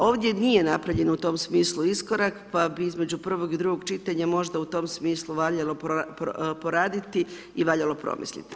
Ovdje nije napravljen u tom smislu iskorak, pa bi između prvog i drugog čitanja, možda u tom smislu valjalo poraditi i valjalo promisliti.